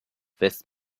west